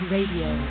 Radio